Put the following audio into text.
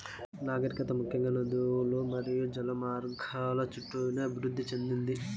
నాగరికత ముఖ్యంగా నదులు మరియు జల మార్గాల చుట్టూనే అభివృద్ది చెందింది